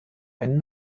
einen